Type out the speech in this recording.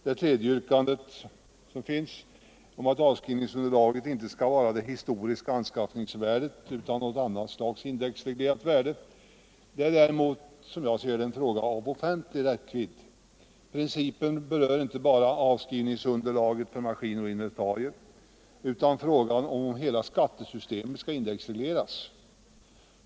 Det tredje yrkandet som framförts, att avskrivningsunderlaget inte skall vara det historiska anskaffningsvärdet utan något annat slags indexreglerat värde, är däremot — som jag ser det — en fråga av ofantlig räckvidd. Principen berör inte bara avskrivningsunderlaget för maskiner och inventarier utan frågan om hela skattesystemet skall indexregleras.